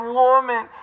woman